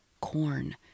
corn